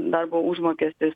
darbo užmokestis